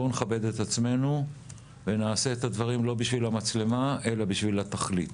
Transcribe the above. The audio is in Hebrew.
בואו נכבד את עצמנו ונעשה את הדברים לא בשביל המצלמה אלא בשביל התכלית.